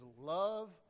love